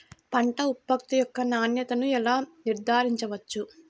పంట ఉత్పత్తి యొక్క నాణ్యతను ఎలా నిర్ధారించవచ్చు?